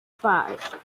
five